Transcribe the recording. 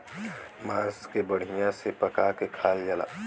मांस के बढ़िया से पका के खायल जाला